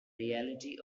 reality